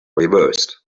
reversed